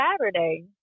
Saturday